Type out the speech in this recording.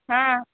हां